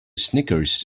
snickers